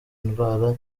ndwara